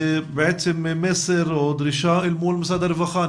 זה בעצם מסר או דרישה אל מול משרד הרווחה?